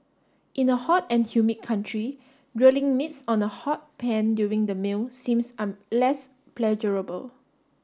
in a hot and humid country grilling meats on a hot pan during the meal seems less pleasurable